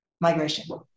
migration